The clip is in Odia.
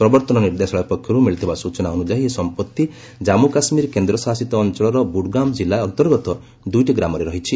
ପ୍ରବର୍ତ୍ତନ ନିର୍ଦ୍ଦେଶାଳୟ ପକ୍ଷରୁ ମିଳିଥିବା ସୂଚନା ଅନୁଯାୟୀ ଏହି ସମ୍ପତ୍ତି କମ୍ମୁ କାଶ୍ମୀର କେନ୍ଦ୍ରଶାସିତ ଅଞ୍ଚଳର ବୁଡ୍ଗାମ୍ କିଲ୍ଲା ଅନ୍ତର୍ଗତ ଦୁଇଟି ଗ୍ରାମରେ ରହିଛି